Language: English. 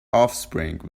offspring